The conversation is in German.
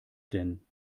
denn